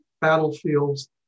battlefields